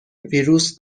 ویروس